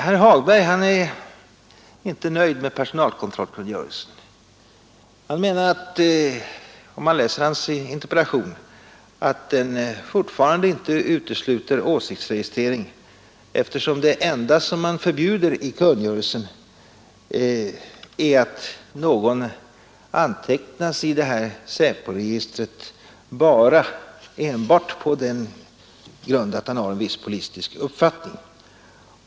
Herr Hagberg är inte nöjd med personalkontrollkungörelsen utan säger i sin interpellation att bestämmelserna fortfarande inte utesluter åsiktsregistrering, eftersom det enda som förbjuds i kungörelsen är att någon antecknas i SÄPO: register enbart på den grund att han har en viss politisk uppfattning.